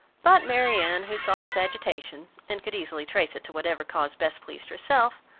but marianne, who saw his agitation, and could easily trace it to whatever cause best pleased herself,